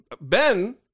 Ben